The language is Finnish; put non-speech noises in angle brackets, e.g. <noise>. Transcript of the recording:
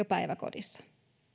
<unintelligible> päiväkodissa